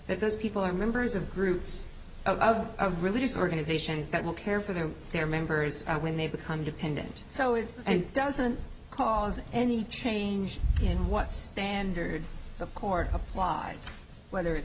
that those people are members of groups a religious organization is that will care for their their members when they become dependent so it doesn't cause any change in what standard the court applies whether